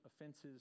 offenses